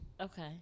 Okay